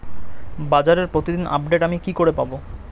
বাজারের প্রতিদিন আপডেট আমি কি করে পাবো?